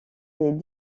des